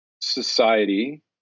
society